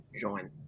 join